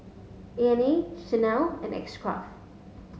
Nan Chanel and X Craft